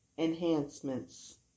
Enhancements